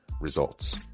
results